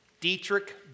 Dietrich